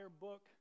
book